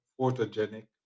photogenic